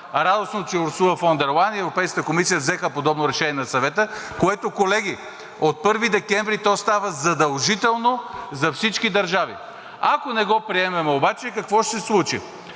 Радостно е, че Урсула фон дер Лайен и Европейската комисия взеха подобно решение на Съвета, което, колеги, от 1 декември става задължително за всички държави. Ако не го приемем обаче, какво ще се случи?